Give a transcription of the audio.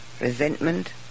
resentment